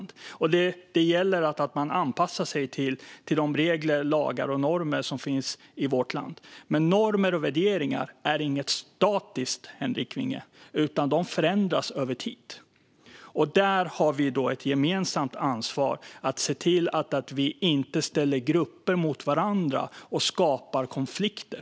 Det gäller att man anpassar sig till de regler, lagar och normer som finns i vårt land. Men normer och värderingar är inget statiskt, Henrik Vinge, utan de förändras över tid. Vi har ett gemensamt ansvar för att se till att vi inte ställer grupper mot varandra och skapar konflikter.